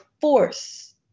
force